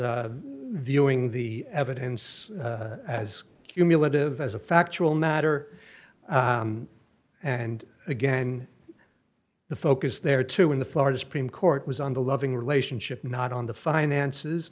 viewing the evidence as cumulative as a factual matter and again the focus there too in the florida supreme court was on the loving relationship not on the finances